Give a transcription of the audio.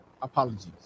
Apologies